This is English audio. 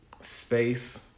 space